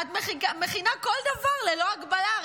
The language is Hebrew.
את מכינה כל דבר ללא גבלה.